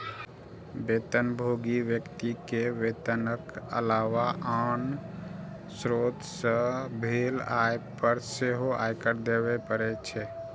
वेतनभोगी व्यक्ति कें वेतनक अलावा आन स्रोत सं भेल आय पर सेहो आयकर देबे पड़ै छै